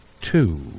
two